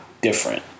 different